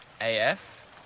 AF